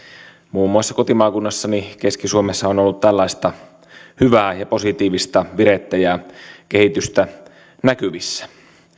muun muassa kotimaakunnassani keski suomessa on ollut tällaista hyvää ja positiivista virettä ja kehitystä näkyvissä